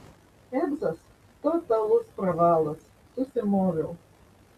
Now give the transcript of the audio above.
egzas totalus pravalas susimoviau